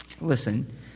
listen